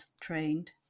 trained